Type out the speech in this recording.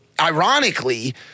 Ironically